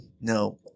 No